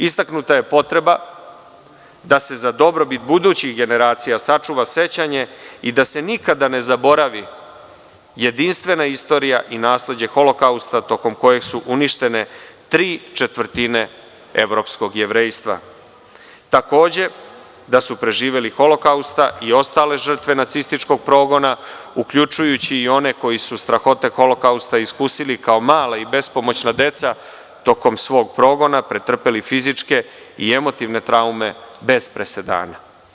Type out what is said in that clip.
Istaknuta je potreba da se za dobrobit budućih generacija sačuva sećanje i da se nikada ne zaboravi jedinstvena istorija i nasleđe Holokausta tokom kojeg su uništene tri četvrtine evropskog jevrejstva, takođe, da su preživeli Holokausta i ostale žrtve nacističkog progona, uključujući i one koji su strahote Holokausta iskusili kao mala i bespomoćna deca tokom svog progona pretrpeli fizičke i emotivne traume bez presedana.